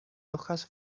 hojas